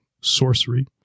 sorcery